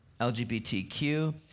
LGBTQ